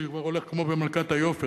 זה כבר הולך כמו במלכת היופי,